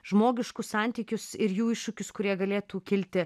žmogiškus santykius ir jų iššūkius kurie galėtų kilti